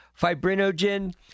fibrinogen